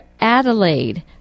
Adelaide